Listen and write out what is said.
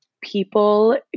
people